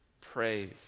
praise